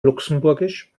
luxemburgisch